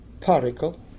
particle